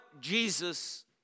Jesus